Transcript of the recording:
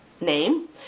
name